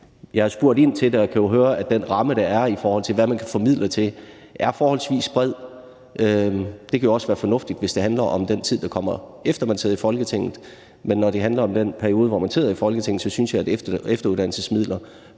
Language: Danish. jeg kan jo høre, at den ramme, der er, i forhold til hvad man kan få midler til, er forholdsvis bred, og det kan jo også være fornuftigt, hvis det handler om den tid, der kommer efter den tid, hvor man sad i Folketinget, men når det handler om den periode, hvor man sidder i Folketinget, synes jeg, at efteruddannelsesmidler